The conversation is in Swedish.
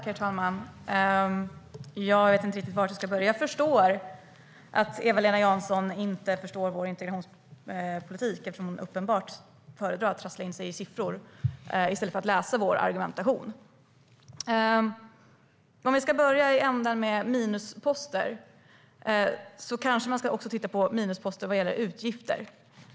Herr talman! Jag vet inte riktigt var jag ska börja. Jag förstår att Eva-Lena Jansson inte förstår vår integrationspolitik, eftersom hon uppenbarligen föredrar att trassla in sig i siffror i stället för att läsa vår argumentation. Jag kan börja i änden med minusposter. Då kanske man också ska titta på minusposter vad gäller utgifter.